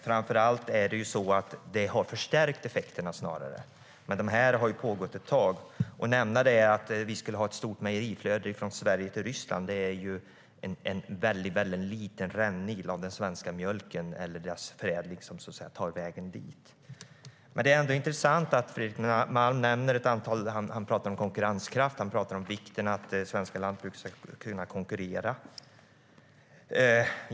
Snarare är det så att Rysslandskrisen har förstärkt effekterna, men krisen har pågått ett tag. Det är fel att säga att vi skulle ha ett stort flöde av mejeriprodukter från Sverige till Ryssland. Det är en mycket liten rännil av den svenska mjölken och dess produkter som tar vägen dit. Fredrik Malm talar om konkurrenskraft och om vikten av att det svenska lantbruket kan konkurrera.